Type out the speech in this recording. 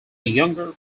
younger